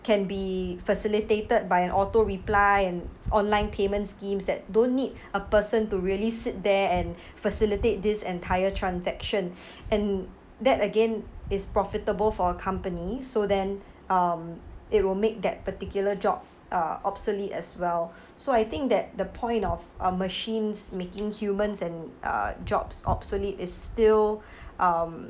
can be facilitated by an auto reply and online payment schemes that don't need a person to really sit there and facilitate this entire transaction and that again is profitable for a company so then um it will make that particular job uh obsolete as well so I think that the point of uh machines making humans and uh jobs obsolete is still um